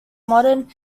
modern